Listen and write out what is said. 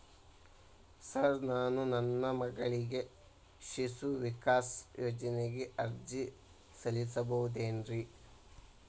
Sir ನಾನು ನನ್ನ ಮಗಳಿಗೆ ಶಿಶು ವಿಕಾಸ್ ಯೋಜನೆಗೆ ಅರ್ಜಿ ಸಲ್ಲಿಸಬಹುದೇನ್ರಿ?